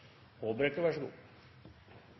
– vær så god,